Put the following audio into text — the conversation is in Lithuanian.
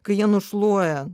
kai jie nušluoja